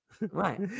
Right